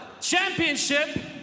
Championship